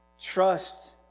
trust